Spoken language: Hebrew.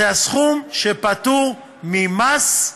הסכום שפטור ממס,